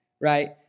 right